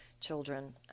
children